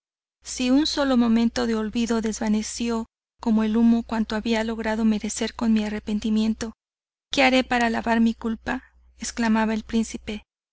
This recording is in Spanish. si un solo momento de olvido desvaneció como el humo cuanto había logrado merecer con mi arrepentimiento que haré para lavar mi culpa exclamaba el príncipe